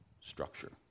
structure